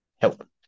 help